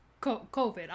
COVID